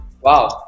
Wow